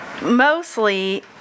Mostly